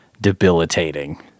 debilitating